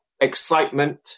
excitement